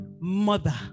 mother